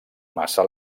massa